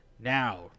Now